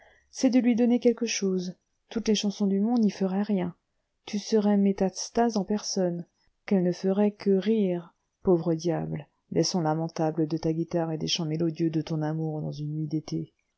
c'est de lui donner quelque chose toutes les chansons du monde n'y feraient rien tu serais métastase en personne qu'elles ne feraient que rire pauvre diable des sons lamentables de ta guitare et des chants mélodieux de ton amour dans une nuit d'été